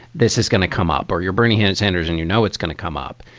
this is going to come up or you're bringing in in sanders and you know, it's going to come up,